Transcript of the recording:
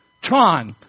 tron